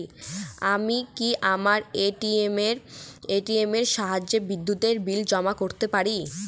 আমি কি আমার এ.টি.এম এর সাহায্যে বিদ্যুতের বিল জমা করতে পারব?